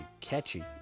catchy